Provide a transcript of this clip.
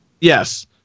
Yes